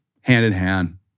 hand-in-hand